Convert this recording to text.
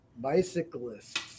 bicyclists